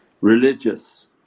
religious